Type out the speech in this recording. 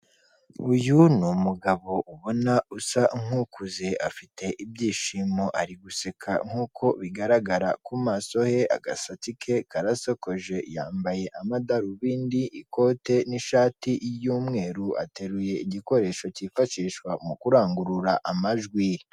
Uyu ni umugabo ubona usa nk'ukuze, afite ibyishimo, ari guseka nk'uko bigaragara ku maso he agasatsi ke karasoko, yambaye amadarubindi, ikote n'ishati y'umweru, ateruye igikoresho cyifashishwa mu kurangurura amajwi.